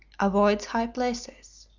avoids high places.